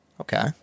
okay